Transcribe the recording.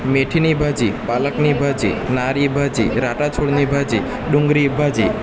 મેથીની ભાજી પાલકની ભાજી નારી ભાજી રાતા છોડની ભાજી ડુંગળી ભાજી